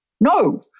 no